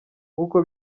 nk’uko